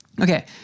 okay